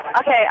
Okay